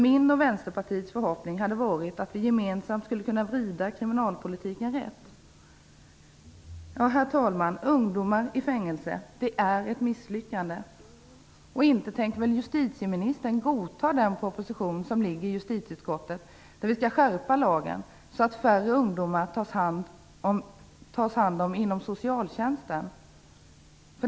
Min och Vänsterpartiets förhoppning har varit att vi gemensamt skulle kunna vrida kriminalpolitiken rätt. Herr talman! Ungdomar i fängelse är ett misslyckande. Inte tänker väl justitieministern godta den proposition som ligger i justitieutskottet och som skulle medföra en skärpning av lagen, så att färre ungdomar tas om hand inom socialtjänsten?